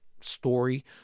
story